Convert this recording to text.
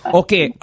okay